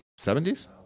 70s